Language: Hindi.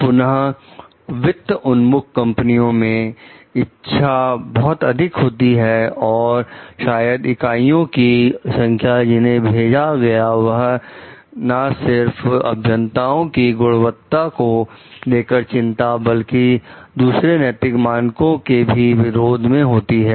पुनः वित्त उन्मुख कंपनियों में इच्छा बहुत अधिक होती है और शायद इकाइयों की संख्या जिन्हें भेजा गया वह नासिर अभियंताओं की गुणवत्ता को लेकर चिंता बल्कि दूसरे नैतिक मानकों के भी विरोध में होती है